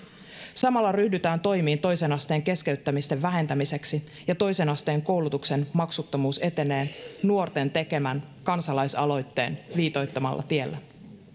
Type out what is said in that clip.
samalla ryhdytään toimiin toisen asteen keskeyttämisten vähentämiseksi ja toisen asteen koulutuksen maksuttomuus etenee nuorten tekemän kansalaisaloitteen viitoittamalla tiellä